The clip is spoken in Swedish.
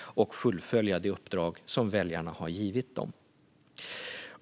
och fullfölja det uppdrag som väljarna har givit dem.